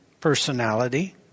personality